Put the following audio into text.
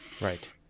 right